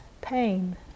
pain